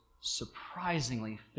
surprisingly